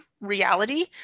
reality